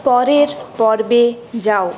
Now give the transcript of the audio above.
পরের পর্বে যাও